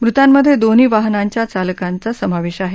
मृतांमध्ये दोन्ही वाहनांच्या चालकांचा समावेश आहे